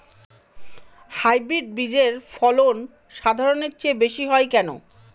Hybrid বীজের ফলন সাধারণের চেয়ে বেশী হয় কেনো?